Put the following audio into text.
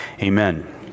Amen